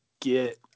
get